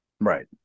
Right